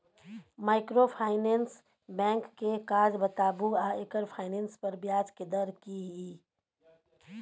Microfinance bank के काज बताबू आ एकर फाइनेंस पर ब्याज के दर की इ?